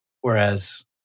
Whereas